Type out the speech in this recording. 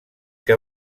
que